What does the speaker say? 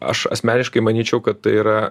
aš asmeniškai manyčiau kad tai yra